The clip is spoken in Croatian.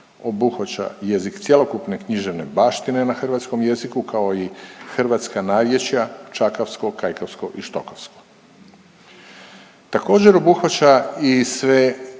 obuhvaća jezik cjelokupne književne baštine na hrvatskom jeziku, kao i hrvatska narječje, čakavsko, kajkavsko i štokavsko. Također, obuhvaća i sve